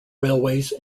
railways